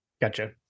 Gotcha